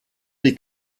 die